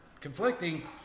conflicting